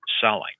Selling